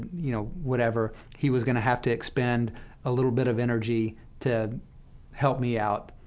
you know, whatever, he was going to have to expend a little bit of energy to help me out,